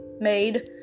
made